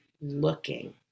looking